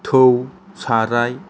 थाै साराय